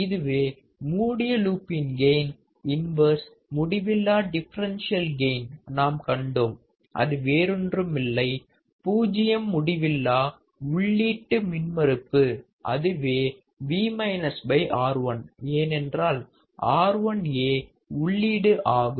இதுவே மூடிய லூப்பின் கெயின் இன்வர்ஸ் முடிவில்லா டிஃபரண்டியல் கெயின் நாம் கண்டோம் அது வேறொன்றுமில்லை 0 முடிவில்லா உள்ளீட்டு மின்மறுப்பு அதுவே V R1 ஏனென்றால் R1 ஏ உள்ளீடு ஆகும்